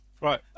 Right